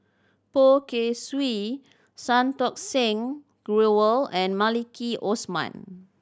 Poh Kay Swee Santokh Singh Grewal and Maliki Osman